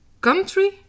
country